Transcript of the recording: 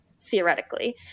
theoretically